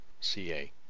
ca